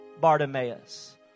Bartimaeus